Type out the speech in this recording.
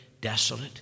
desolate